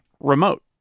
remote